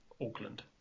Auckland